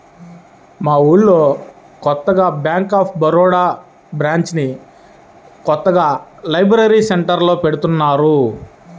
మా ఊళ్ళో కొత్తగా బ్యేంక్ ఆఫ్ బరోడా బ్రాంచిని కొత్తగా లైబ్రరీ సెంటర్లో పెడతన్నారు